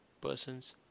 persons